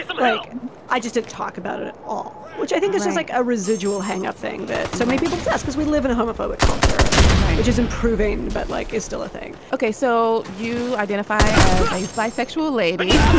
like i just did talk about it it all, which i think is just like a residual hang-up thing that so many people see us because we live in a homophobic culture which is improving but like is still a thing ok, so you identify as a bisexual lady.